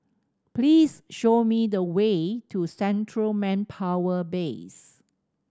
please show me the way to Central Manpower Base